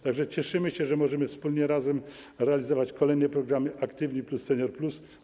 Tak że cieszymy się, że możemy wspólnie, razem realizować kolejne programy „Aktywni+”, „Senior+”